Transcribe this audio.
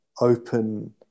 open